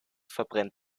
verbrennt